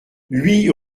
huit